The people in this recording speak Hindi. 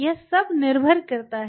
यह सब निर्भर करता है